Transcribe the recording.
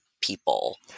People